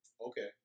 Okay